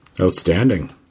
Outstanding